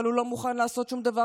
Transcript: אבל הוא לא מוכן לעשות שום דבר,